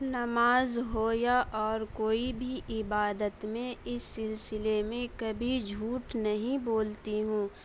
نماز ہو یا اور کوئی بھی عبادت میں اس سلسلے میں کبھی جھوٹ نہیں بولتی ہوں